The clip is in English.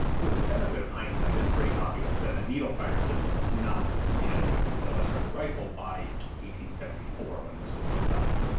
with the benefit of hindsight it's pretty obvious that a needle-fire system was not a competitive military rifle by one seventy four when this was designed.